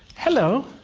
hello,